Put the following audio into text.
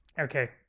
Okay